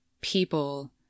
people